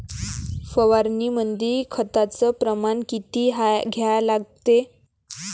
फवारनीमंदी खताचं प्रमान किती घ्या लागते?